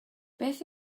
beth